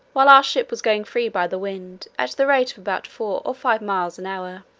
while our ship was going free by the wind, at the rate of about four or five miles an hour.